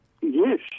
yes